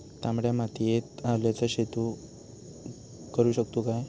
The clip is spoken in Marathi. तामड्या मातयेत आल्याचा शेत करु शकतू काय?